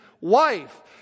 wife